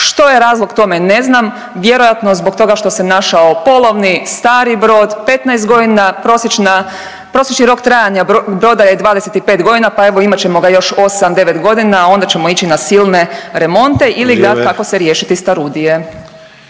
što je razlog tome ne znam, vjerojatno zbog toga što se našao polovni stari brod, 15.g. prosječni, prosječni rok trajanja broda je 25.g., pa evo imat ćemo ga još 8-9.g., a onda ćemo ići na silne remonte …/Upadica Sanader: